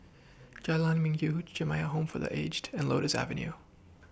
Jalan Minggu Jamiyah Home For The Aged and Lotus Avenue